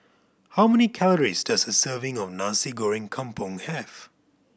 how many calories does a serving of Nasi Goreng Kampung have